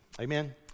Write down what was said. Amen